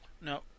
No